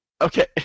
Okay